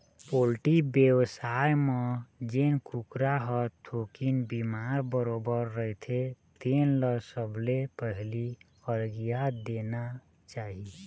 poultry बेवसाय म जेन कुकरा ह थोकिन बिमार बरोबर रहिथे तेन ल सबले पहिली अलगिया देना चाही